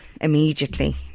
immediately